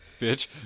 Bitch